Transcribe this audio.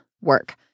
work